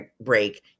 break